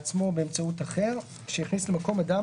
בעצמו או באמצעות אחר, שהכניס למקום אדם